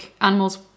animals